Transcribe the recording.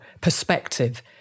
perspective